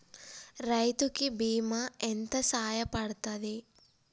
రైతు కి బీమా ఎంత సాయపడ్తది?